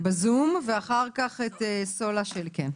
ואחר כך סולה שלי.